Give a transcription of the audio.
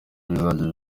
bizajya